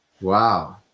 Wow